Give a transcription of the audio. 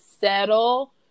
settle